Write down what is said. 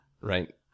Right